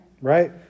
right